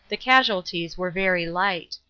the casualties were very light.